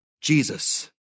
Jesus